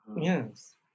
Yes